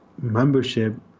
Membership